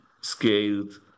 scaled